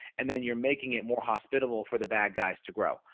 and then you're making it more hospitable for the bad guys to grow.